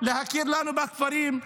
-- להכיר לנו בכפרים,